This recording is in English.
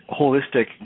holistic